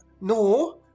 no